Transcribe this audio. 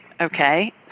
Okay